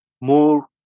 more